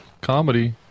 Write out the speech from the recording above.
comedy